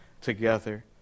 together